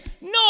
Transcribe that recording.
No